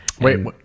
Wait